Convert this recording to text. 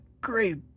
great